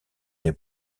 des